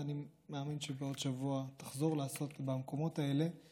ואני מאמין שבעוד שבוע היא תחזור לעשות במקומות האלה,